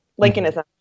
Lincolnism